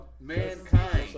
mankind